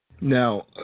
Now